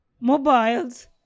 mobiles